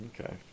Okay